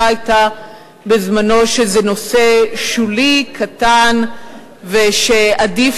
אנחנו עדים